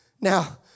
Now